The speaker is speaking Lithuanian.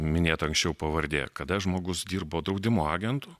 minėta anksčiau pavardė kada žmogus dirbo draudimo agentu